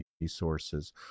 resources